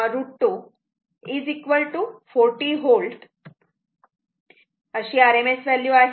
8√ 2 40 V अशी RMS value आहे